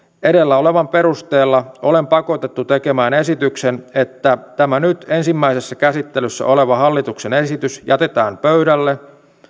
edellä olevan perusteella olen pakotettu tekemään esityksen että tämä nyt ensimmäisessä käsittelyssä oleva hallituksen esitys jätetään pöydälle